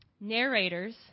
narrators